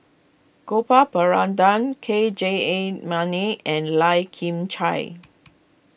Gopal Baratham K Jayamani and Lai Kim Chai